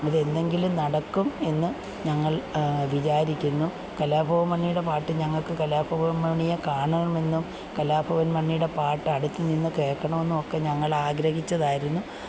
അതെന്നെങ്കിലും നടക്കും എന്ന് ഞങ്ങള് വിചാരിക്കുന്നു കലാഭവന് മണിയുടെ പാട്ട് ഞങ്ങള്ക്ക് കലാഭവന് മണിയെ കാണണമെന്നും കലാഭവന് മണിയുടെ പാട്ട് അടുത്തുനിന്ന് കേള്ക്കണമെന്നുമൊക്കെ ഞങ്ങളാഗ്രഹിച്ചതായിരുന്നു